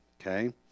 okay